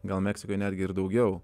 gal meksikoj netgi ir daugiau